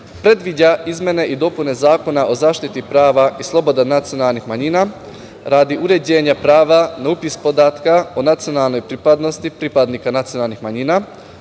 predviđa izmene i dopune Zakona o zaštiti prava i slobodi nacionalnih manjina radi uređenja prava na upis podataka o nacionalnoj pripadnosti pripadnika nacionalnih manjina